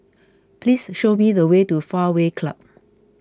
please show me the way to Fairway Club